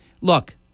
look